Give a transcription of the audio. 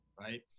Right